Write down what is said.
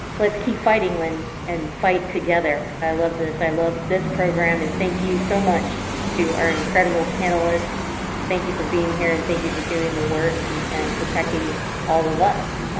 let's keep fighting ln and fight together. i love this i love this program and thank you so much to our incredible panelists thank you for being here and thank you for doing the work and and protecting all of us